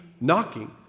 knocking